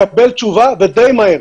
מקבל תשובה ודי מהר,